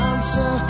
Answer